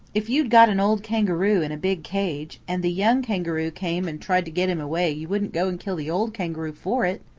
if you'd got an old kangaroo in a big cage, and the young kangaroo came and tried to get him away you wouldn't go and kill the old kangaroo for it?